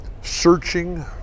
searching